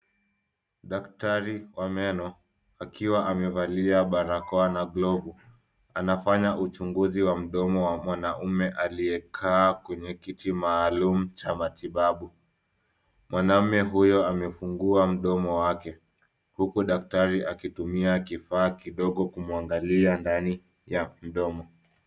Daktari wa meno akiwa amevalia barakoa na glovu anafanya uchunguzi wa mdomo wa mwanaume kwenye kiti maalum cha matibabu. Mwanaume huyo amefungua mdomo wake huku daktari akitumia kifaa kidogo akimwangalia ndani ya mdomo.